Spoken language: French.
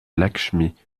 lakshmi